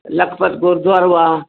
लखपत गुरुद्वारो आहे